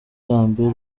yambera